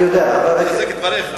אני מחזק את דבריך.